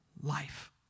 life